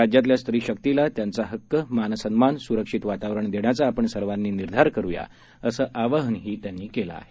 राज्यातल्या स्त्रीशक्तीला त्यांचा हक्क मान सन्मान सुरक्षित वातावरण देण्याचा आपण सर्वांनी निर्धार करूया असं आवाहनही त्यांनी केलं आहे